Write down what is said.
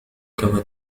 كما